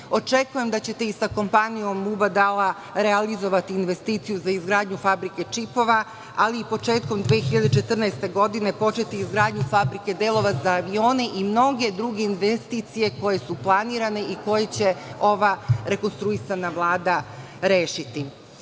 linije. Očekujem da ćete i sa kompanijom Mubadala realizovati investiciju za izgradnju fabrike čipova, ali i početkom 2014. godine početi izgradnju fabrika delova za avione i mnoge druge investicije koje su planirane i koje će ova rekonstruisana Vlada rešiti.U